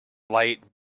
light